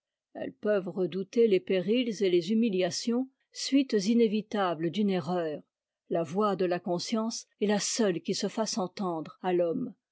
elles peuvent redouter les périls et les humiliations suites inévitables d'une erreur la voix de la conscience est la seule qui se fasse entendre à t'homme